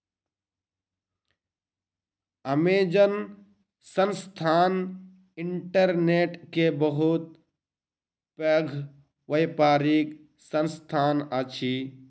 Amazon संस्थान internet के बहुत पैघ व्यापारिक संस्थान अछि